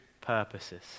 purposes